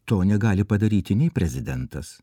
to negali padaryti nei prezidentas